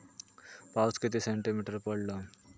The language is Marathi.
पाऊस किती सेंटीमीटर पडलो?